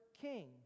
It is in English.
King